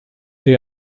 the